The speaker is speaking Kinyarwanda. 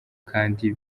kandi